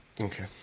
Okay